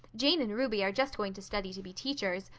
jane and ruby are just going to study to be teachers.